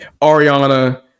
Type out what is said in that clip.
Ariana